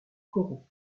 coraux